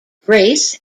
grace